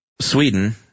Sweden